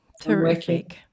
Terrific